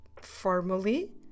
formally